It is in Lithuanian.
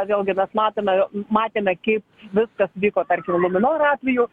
vėlgi mes matome matėme keip viskas vyko tarkim luminoro atveju